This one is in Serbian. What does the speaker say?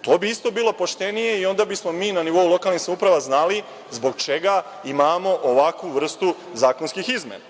To bi isto bilo poštenije i onda bismo mi na nivou lokalnih samouprava znali zbog čega imamo ovakvu vrstu zakonskih izmena.